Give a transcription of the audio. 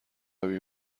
آبی